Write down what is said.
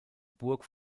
burg